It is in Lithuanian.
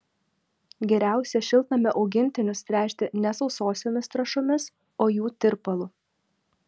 geriausia šiltnamio augintinius tręšti ne sausosiomis trąšomis o jų tirpalu